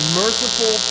merciful